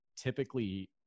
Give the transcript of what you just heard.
typically